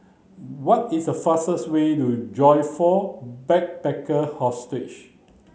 what is the fastest way to Joyfor Backpackers'